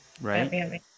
right